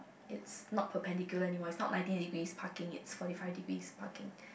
is not perpendicular anymore is not ninety degrees parking is forty five degrees parking